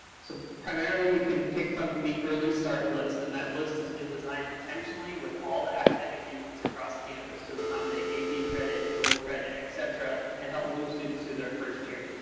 so primarily you can pick from the early start list. and that list has been designed intentionally with all the academic units across campus to accommodate ap credit, dual credit, et cetera, and help move students through their first year.